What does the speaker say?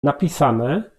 napisane